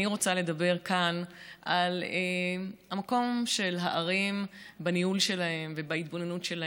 אני רוצה לדבר כאן על המקום של הערים בניהול שלהם ובהתבוננות שלהם.